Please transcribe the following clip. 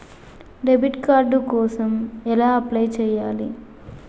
Debit card కోసం ఎలా apply చేయాలి?